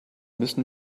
müssen